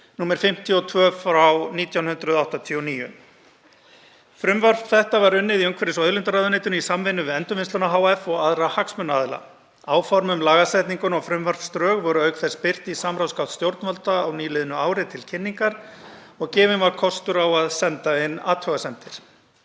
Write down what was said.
nr. 52/1989. Frumvarp þetta var unnið í umhverfis- og auðlindaráðuneytinu í samvinnu við Endurvinnsluna hf. og aðra hagsmunaaðila. Áform um lagasetninguna og frumvarpsdrög voru auk þess birt í samráðsgátt stjórnvalda á nýliðnu ári til kynningar og gefinn var kostur á að senda inn athugasemdir.